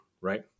right